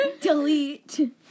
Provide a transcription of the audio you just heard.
Delete